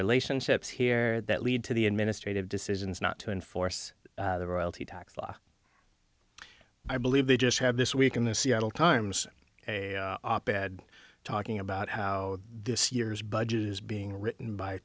relationships here that lead to the administrative decisions not to enforce the royalty tax law i believe they just have this week in the seattle times a op ed talking about how this year's budget is being written by